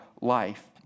life